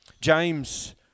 James